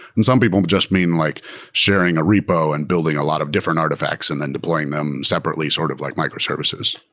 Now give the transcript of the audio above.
and some people just mean like sharing a repo and building a lot of different artifacts and then deploying them separately sort of like microservices,